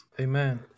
Amen